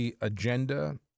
agenda